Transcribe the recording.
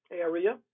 area